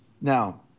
Now